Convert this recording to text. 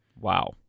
Wow